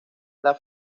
las